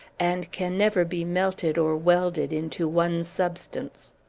and can never be melted or welded into one substance.